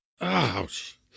ouch